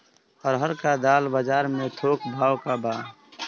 अरहर क दाल बजार में थोक भाव का बा?